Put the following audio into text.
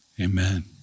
Amen